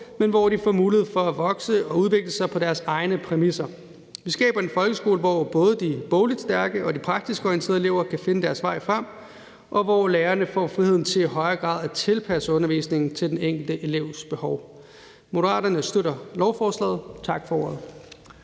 men hvor de får mulighed for at vokse og udvikle sig på deres egne præmisser. Vi skaber en folkeskole, hvor både de bogligt stærke og de praktisk orienterede elever kan finde deres vej frem, og hvor lærerne får frihed til i højere grad at tilpasse undervisningen til den enkelte elevs behov. Moderaterne støtter lovforslaget. Tak for ordet.